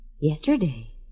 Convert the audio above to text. Yesterday